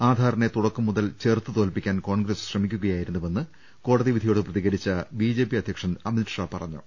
ആധാറിനെ തുടക്കം മുതൽ ചെറുത്തുതോൽപ്പിക്കാൻ കോൺഗ്രസ് ശ്രമിക്കുകയായി രുന്നുവെന്ന് കോടതി വിധിയോട് പ്രതികരിച്ച ബിജെപി അധ്യക്ഷൻ അമിത് ഷാ പറഞ്ഞു